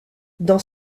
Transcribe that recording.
dans